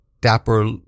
dapper